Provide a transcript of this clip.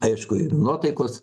aišku ir nuotaikos